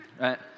right